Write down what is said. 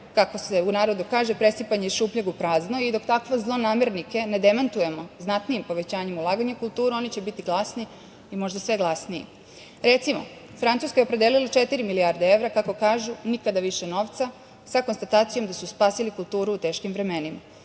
kako se u narodu kaže, presipanje iz šupljeg u prazno i dok takve zlonamernike demantujemo znatnijim povećanjem i ulaganjem u kulturu oni će biti glasni i možda sve glasniji. Recimo, Francuska je opredelila četiri milijarde evra, kako kažu, nikada više novca sa konstatacijom da su spasili kulturu u teškim vremenima.